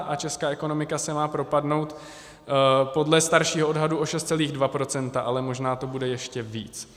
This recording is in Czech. A česká ekonomika se má propadnout podle staršího odhadu o 6,2 %, ale možná to bude ještě víc.